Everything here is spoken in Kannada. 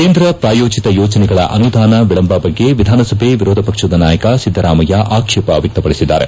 ಕೇಂದ್ರ ಪ್ರಾಯೋಜತ ಯೋಜನೆಗಳ ಅನುದಾನ ವಿಳಂಬ ಬಗ್ಗೆ ವಿಧಾನಸಭೆ ವಿರೋಧ ಪಕ್ಷದ ನಾಯಕ ಸಿದ್ದರಾಮಯ್ಯ ಆಕ್ಷೇಪ ವ್ಯಕ್ತಪಡಿಸಿದ್ದಾರೆ